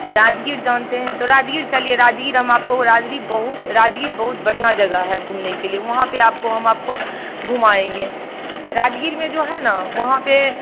राजगीर जानते हैं तो राजगीर चलिए राजगीर हम आपको राजगीर बहुत राजगीर बहुत बढ़िया जगह है घूमने के लिए वहाँ पर आपको हम आपको घुमाएँगे राजगीर में जो है ना वहाँ पर